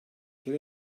quel